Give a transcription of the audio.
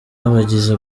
abagize